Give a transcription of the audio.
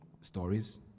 stories